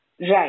Right